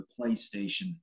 PlayStation